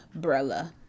Brella